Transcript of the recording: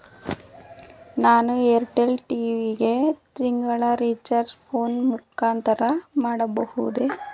ನಾನು Airtel TV ಗೆ ತಿಂಗಳ ರಿಚಾರ್ಜ್ ಫೋನ್ ಮುಖಾಂತರ ಮಾಡಬಹುದೇ?